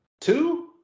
Two